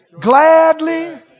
gladly